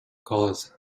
cause